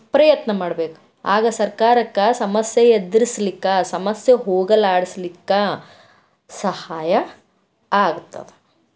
ಪ್ರಯತ್ನ ಮಾಡ್ಬೇಕು ಆಗ ಸರ್ಕಾರಕ್ಕೆ ಸಮಸ್ಯೆ ಎದುರಿಸ್ಲಿಕ್ಕ ಸಮಸ್ಯೆ ಹೋಗಲಾಡಿಸ್ಲಿಕ್ಕೆ ಸಹಾಯ ಆಗ್ತವ